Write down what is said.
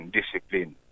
discipline